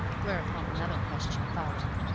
whereupon another question followed,